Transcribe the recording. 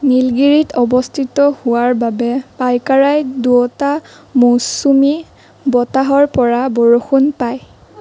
নীলগিৰিত অৱস্থিত হোৱাৰ বাবে পাইকাৰাই দুয়োটা মৌচুমী বতাহৰপৰা বৰষুণ পায়